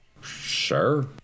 Sure